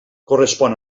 correspon